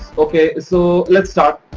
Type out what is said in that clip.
ok so lets start.